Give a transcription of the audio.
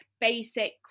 basic